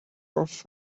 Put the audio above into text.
off